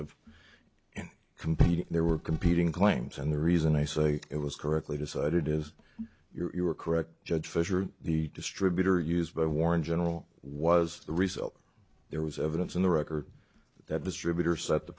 and competing there were competing claims and the reason i say it was correctly decided is you are correct judge fisher the distributor used by war in general was the result there was evidence in the record that distributor set the